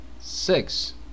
Six